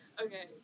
Okay